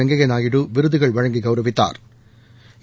வெங்கையா நாயுடு விருதுகள் வழங்கி கௌரவித்தாா்